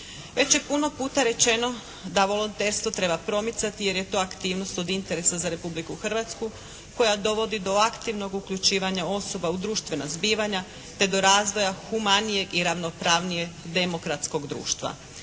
Već je puno puta rečeno da volonterstvo treba promicati jer je to aktivnost od interesa za Republiku Hrvatsku koja dovodi do aktivnog uključivanja osoba u društvena zbivanja te do razvoja humanijeg i ravnopravnijeg demokratskog društva.